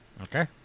Okay